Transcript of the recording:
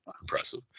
impressive